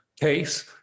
case